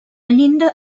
llinda